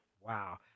Wow